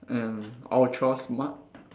and ultra smart